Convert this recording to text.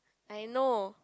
I know